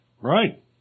Right